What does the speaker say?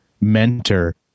mentor